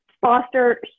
foster